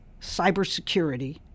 cybersecurity